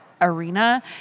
arena